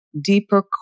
deeper